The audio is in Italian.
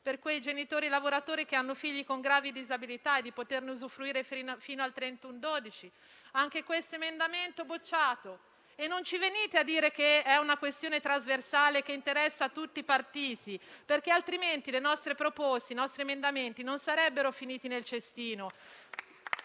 per i genitori lavoratori che hanno figli con gravi disabilità e di poterne usufruire fino al 31 dicembre. Anche questo emendamento è stato bocciato. Non ci venite a dire che è una questione trasversale, che interessa tutti i partiti, perché altrimenti le nostre proposte e i nostri emendamenti non sarebbe finiti nel cestino.